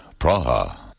Praha